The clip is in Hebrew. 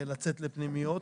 לצאת לפנימיות.